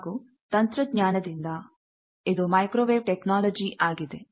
ಹಾಗೂ ತಂತ್ರಜ್ಞಾನದಿಂದ ಇದು ಮೈಕ್ರೋವೇವ್ ಟೆಕ್ನಾಲಜಿ ಆಗಿದೆ